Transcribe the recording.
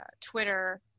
twitter